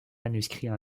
manuscrits